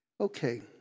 Okay